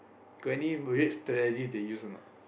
got any strategies they use or not